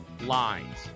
lines